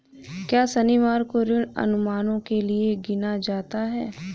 क्या शनिवार को ऋण अनुमानों के लिए गिना जाता है?